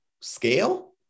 scale